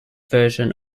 version